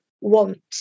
want